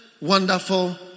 Wonderful